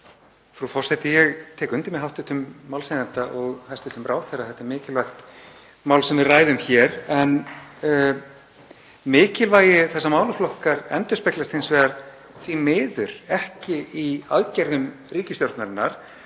Frú forseti. Ég tek undir með hv. málshefjanda og hæstv. ráðherra, þetta er mikilvægt mál sem við ræðum hér. En mikilvægi þessa málaflokks endurspeglast hins vegar því miður ekki í aðgerðum ríkisstjórnarinnar